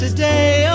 Today